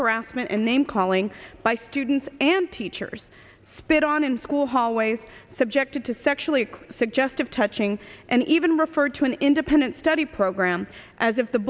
harassment and name calling by students and teachers spit on in school hallways subjected to sexually suggestive touching and even referred to an independent study program as of the